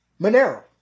Monero